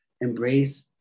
embrace